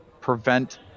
prevent